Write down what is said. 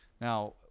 now